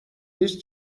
نیست